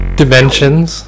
dimensions